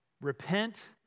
Repent